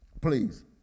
please